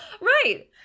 right